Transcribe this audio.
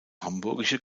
hamburgische